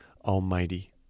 Almighty